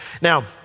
Now